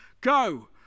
go